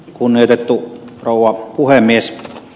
kunnioitettu rouva puhemies